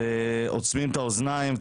סותמים את האוזניים,